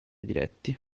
diretti